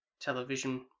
television